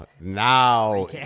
now